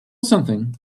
something